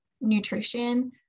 nutrition